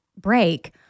break